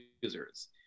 users